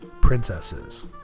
princesses